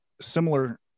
similar